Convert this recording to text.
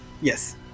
Yes